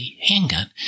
handgun